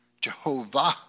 Jehovah